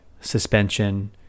suspension